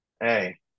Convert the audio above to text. hey